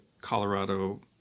Colorado